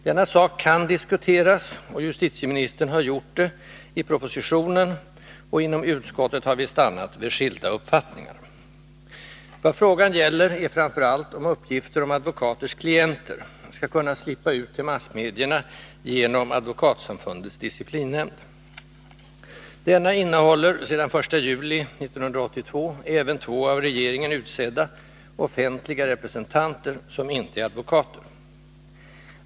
Denna sak kan diskuteras: justitieministern har gjort det i propositionen, och inom utskottet har vi stannat vid skilda uppfattningar. Vad frågan gäller är framför allt om uppgifter om advokaters klienter skall 49 kunna slippa ut till massmedierna genom advokatsamfundets disciplinnämnd. Denna innehåller sedan den 1 juli 1982 även två av regeringen utsedda ”offentliga representanter”, som inte är advokater.